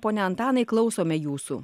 pone antanai klausome jūsų